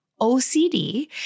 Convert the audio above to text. OCD